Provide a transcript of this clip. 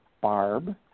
Barb